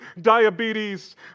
diabetes